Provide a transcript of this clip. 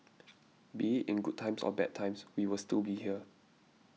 be it in good times or bad times we will still be here